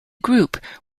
group